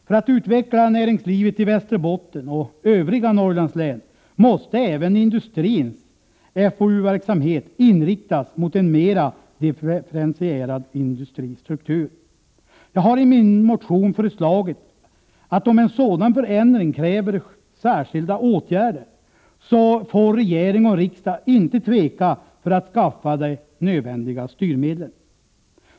För att utveckla näringslivet i Västerbotten och övriga Norrlandslän måste även industrins FoU-verksamhet inriktas mot en mera differentierad industristruktur. Jag har i min motion slagit fast att om en sådan förändring kräver särskilda åtgärder, får regering och riksdag inte tveka att skaffa de nödvändiga styrmedlen.